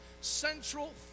central